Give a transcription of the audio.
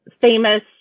famous